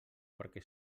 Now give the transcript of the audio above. perquè